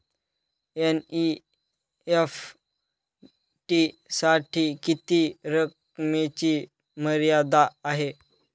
NEFT साठी किती रकमेची मर्यादा आहे?